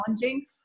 challenging